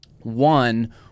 One